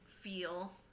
feel